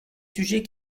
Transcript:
sujets